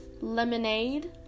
lemonade